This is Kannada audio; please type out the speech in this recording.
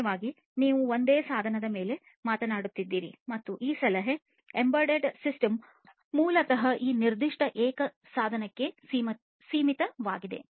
ಸಾಮಾನ್ಯವಾಗಿ ನೀವು ಒಂದೇ ಸಾಧನದ ಬಗ್ಗೆ ಮಾತನಾಡುತ್ತಿದ್ದೀರಿ ಮತ್ತು ಈ ಸಲಹೆ ಎಂಬೆಡೆಡ್ ಸಿಸ್ಟಮ್ ಮೂಲತಃ ಈ ನಿರ್ದಿಷ್ಟ ಏಕ ಸಾಧನಕ್ಕೆ ಸೀಮಿತವಾಗಿದೆ